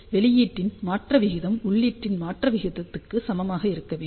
வெளியீட்டின் மாற்ற விகிதம் உள்ளீட்டின் மாற்ற விகிதத்துக்கு சமமாக இருக்க வேண்டும்